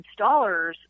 installers